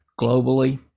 globally